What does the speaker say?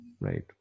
right